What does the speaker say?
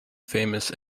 famous